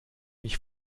mich